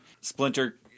Splinter